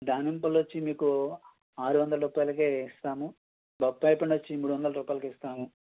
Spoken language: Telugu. దానిమ్మ పళ్ళొచ్చి మీకు ఆరువందల రూపాయలకే ఇస్తాము బొప్పాయి పండొచ్చి మూడువందలు రూపాయలకిస్తాము